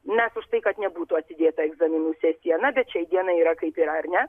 mes už tai kad nebūtų atidėta egzaminų sesija na bet šiai dienai yra kaip yra ar ne